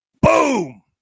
boom